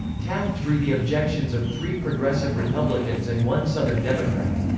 taft drew the objections of three progressive republicans and one southern democrat.